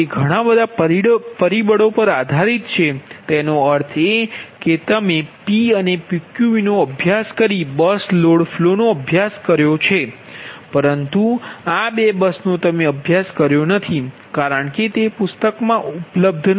તે ઘણા પરિબળો પર આધારિત છે તેનો અર્થ એ કે તમે P અને PQV નો અભ્યાસ કરી બસ લોડ ફ્લો નો અભ્યાસ કર્યો છે પરંતુ આ બે બસનો તમે અભ્યાસ કર્યો નથી કારણ કે તે પુસ્તકમાં ઉપલબ્ધ નથી